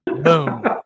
Boom